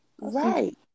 Right